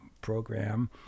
program